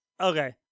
Okay